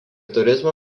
turizmo